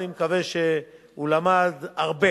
ואני מקווה שהוא למד הרבה